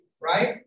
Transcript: Right